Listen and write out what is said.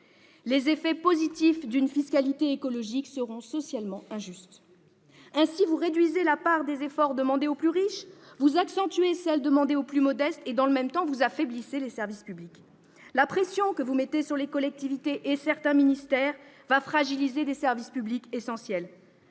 Les effets positifs d'une fiscalité écologique seront socialement injustes. Ainsi, vous réduisez la part des efforts demandés aux plus riches, vous accentuez celle demandée aux plus modestes et, dans le même temps, vous affaiblissez les services publics. La pression que vous mettez sur les collectivités et certains ministères va fragiliser les services publics essentiels.